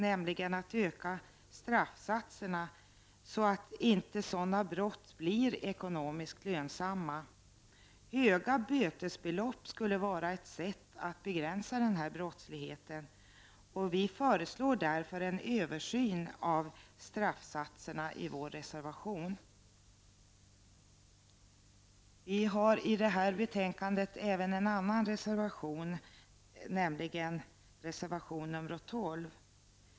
Vi vill öka straffsatserna, så att sådana brott inte blir ekonomiskt lönsamma. Höga bötesbelopp skulle vara ett sätt att be gränsa denna brottslighet. Vi föreslår därför i vår reservation en översyn av straffsatserna. Jag yrkar bifall till reservation 6. Vi har i detta betänkande även en annan reservation, nämligen reservation 12.